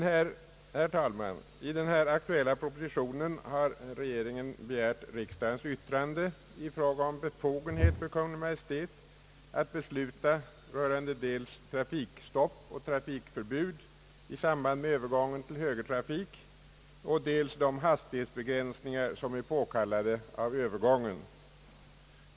Herr talman! I den aktuella propositionen har regeringen begärt riksdagens yttrande i fråga om befogenhet för Kungl. Maj:t att besluta rörande dels trafikstopp och trafikförbud i samband med övergången till högertrafik, dels de hastighetsbegränsningar som är påkallade av övergången.